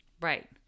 Right